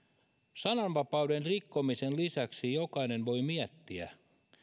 sananvapauden rikkomisen lisäksi jokainen voi miettiä